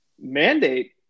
mandate